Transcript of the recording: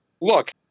Look